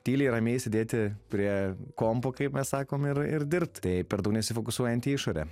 tyliai ramiai sėdėti prie kompo kaip mes sakom ir ir dirbt tai per daug nesifokusuojant į išorę